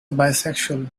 bisexual